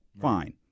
Fine